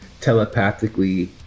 telepathically